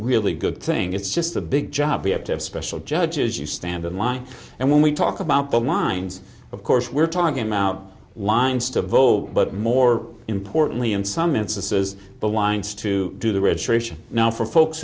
really good thing it's just a big job we have to have special judges you stand in line and when we talk about the winds of course we're talking about lines to vote but more importantly in some instances the winds to do the registration now for folks